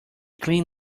clean